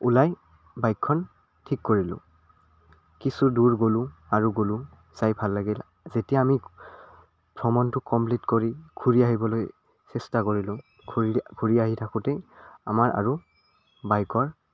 ওলাই বাইকখন ঠিক কৰিলোঁ কিছু দূৰ গ'লোঁ আৰু গ'লোঁ চাই ভাল লাগিল যেতিয়া আমি ভ্ৰমণটো কমপ্লিট কৰি ঘূৰি আহিবলৈ চেষ্টা কৰিলোঁ ঘূৰি আহোঁতেই আমাৰ আৰু বাইকৰ